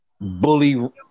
Bully